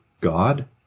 God